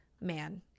man